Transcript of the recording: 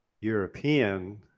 European